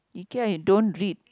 Ikea you don't read